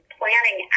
planning